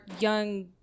young